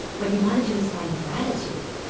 what you want to do is find gratitude,